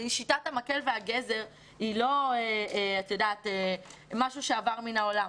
שיטת המקל והגזר היא לא משהו שעבר מן העולם.